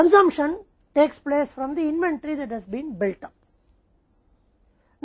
खपत इन्वेंट्री से होती है जिसे बनाया गया है